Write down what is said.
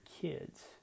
kids